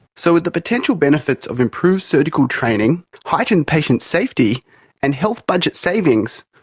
so with the potential benefits of improved surgical training, heightened patient safety and health budget savings,